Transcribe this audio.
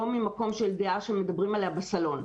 לא ממקום של דעה שמדברים עליה בסלון: